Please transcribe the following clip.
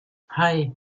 hei